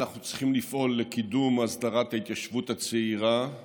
אנחנו צריכים לפעול לקידום הסדרת ההתיישבות הצעירה זה